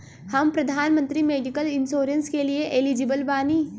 हम प्रधानमंत्री medical insurance के लिए एलिजिबल बानी?